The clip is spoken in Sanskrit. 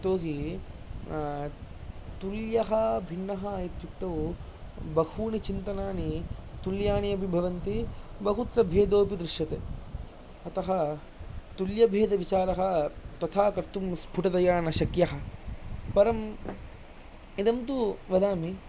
यतोहि तुल्यः भिन्नः इत्युक्तौ बहूनि चिन्तनानि तुल्यानि अपि भवन्ति बहुत्र भेदोऽपि दृश्यते अतः तुल्यभेदविचारः तथा कर्तुं स्फुटतया न शक्यः परम् इदं तु वदामि